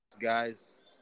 guys